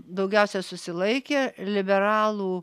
daugiausiai susilaikė liberalų